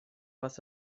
was